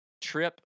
Trip